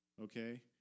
Okay